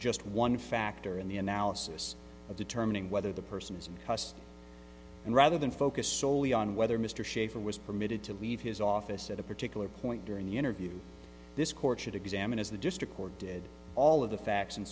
just one factor in the analysis of determining whether the person is in custody and rather than focus solely on whether mr shafer was permitted to leave his office at a particular point during the interview this court should examine as the district court did all of the facts and